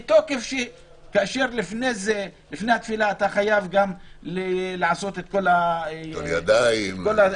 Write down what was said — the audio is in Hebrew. כי לפני התפילה אתה חייב ---- ליטול ידיים.